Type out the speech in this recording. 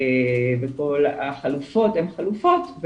וכל החלופות הן חלופות,